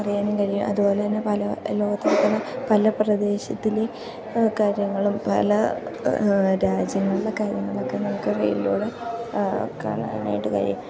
അറിയാനും കഴിയും അതു പോലെ തന്നെ പല ലോകത്ത് നടക്കുന്ന പല പ്രദേശത്തിൽ കാര്യങ്ങളും പല രാജ്യങ്ങളിലെ കാര്യങ്ങളൊക്കെ നമുക്ക് റീലിലൂടെ കാണാനായിട്ട് കഴിയും